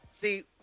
See